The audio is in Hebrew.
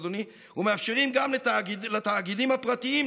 אדוני היושב-ראש הזמני,